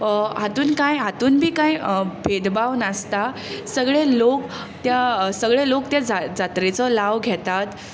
हातूंत कांय हातूंत बी कांय भेदभाव नासता सगळे लोक त्या सगळे लोक त्या जा जात्रेचो लाव घेतात